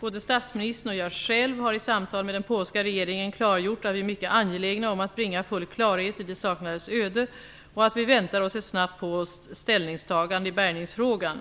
Både statsministern och jag själv har i samtal med den polska regeringen klargjort att vi är mycket angelägna om att bringa full klarhet i de saknades öde och att vi väntar oss ett snabbt polskt ställningstagande i bärgningsfrågan.